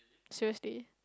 seriously